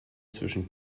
zwischen